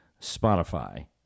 Spotify